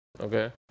Okay